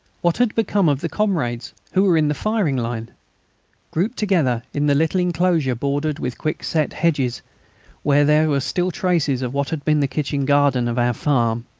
what had become of the comrades who were in the firing-line? grouped together in the little enclosure bordered with quick-set hedges where there were still traces of what had been the kitchen-garden of our farm,